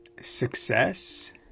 success